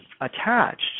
attached